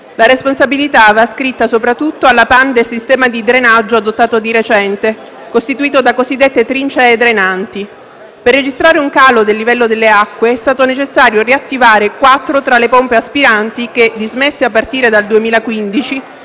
la responsabilità va ascritta soprattutto alla panne del sistema di drenaggio adottato di recente, costituito da cosiddette trincee drenanti. Per registrare un calo del livello delle acque è stato necessario riattivare quattro tra le pompe aspiranti che, dismesse a partire dal 2015,